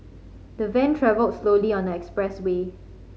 the van travelled slowly on the express way